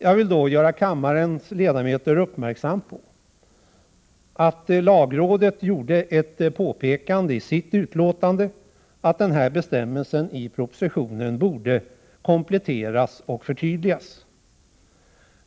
Jag vill göra kammarens ledamöter uppmärksamma på att lagrådet i sitt utlåtande gjorde ett påpekande att denna bestämmelse i propositionen borde kompletteras och förtydligas.